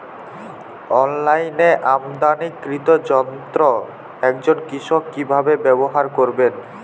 অনলাইনে আমদানীকৃত যন্ত্র একজন কৃষক কিভাবে ব্যবহার করবেন?